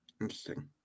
interesting